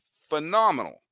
phenomenal